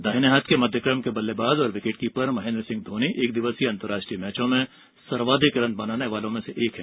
दाहिने हाथ के मध्यमक्रम के बल्लेबाज़ और विकेट कीपर महेन्द्र सिंह धोनी एक दिवसीय अंतर्राष्ट्रीय मैचों में सर्वाधिक रन बनाने वालों में से एक हैं